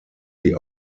sie